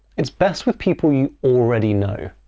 it's best with people you already know.